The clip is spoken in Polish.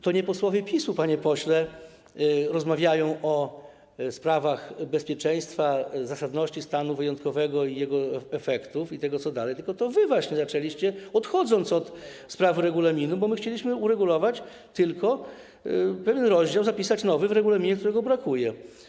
To nie posłowie PiS-u, panie pośle, rozmawiają o sprawach bezpieczeństwa, zasadności stanu wyjątkowego i jego efektów, i tego, co dalej, tylko to wy właśnie zaczęliście, odchodząc od spraw regulaminu, bo my chcieliśmy uregulować tylko pewien rozdział, zapisać nowy w regulaminie, którego brakuje.